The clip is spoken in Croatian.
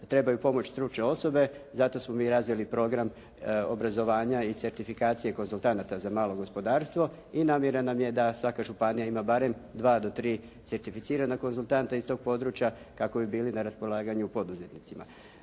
trebaju pomoć stručne osobe. Zato smo mi razvili program obrazovanja i certifikacije konzultanata za malo gospodarstvo i namjera nam je da svaka županija ima barem dva do tri certificirana konzultanta iz tog područja kako bi bili na raspolaganju poduzetnicima.